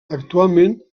actualment